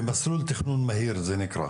במסלול תכנון מהיר זה נקרא,